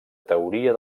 teoria